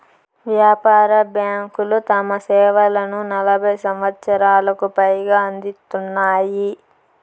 వ్యాపార బ్యాంకులు తమ సేవలను నలభై సంవచ్చరాలకు పైగా అందిత్తున్నాయి